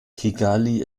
kigali